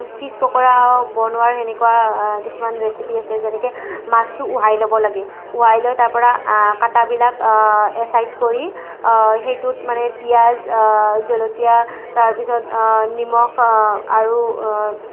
fish pakora বনোৱা সেনেকুৱা কিছুমান ৰেচিপি আছে যেনেকৈ মাছটো উহাই ল'ব লাগে উহাই লৈ তাৰপৰা কাটাবিলাক এচাইদ কৰি সেইটোত মানে পিঁয়াজ জলকীয়া তাৰ পিছত নিমখ আৰু